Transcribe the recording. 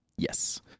Yes